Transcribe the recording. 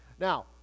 Now